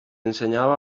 ensenyava